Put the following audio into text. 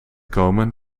komen